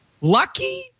Lucky